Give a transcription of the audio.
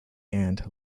and